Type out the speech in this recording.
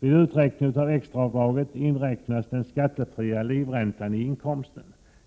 Vid uträkning av extraavdraget inräknas den skattefria livräntan i inkomsten.